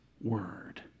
word